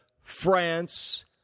France